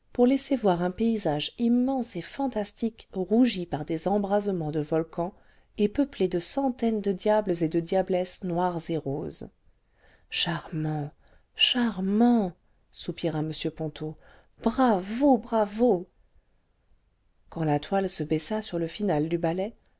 laisser voir un paysage immense et fantastique rougi par des embrasements de volcans et peuplé de centaines de diables et de diablesses noirs et roses charmant charmant soupira m ponto bravo bravo quand la toile se baissa sur le finale du ballet